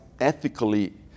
ethically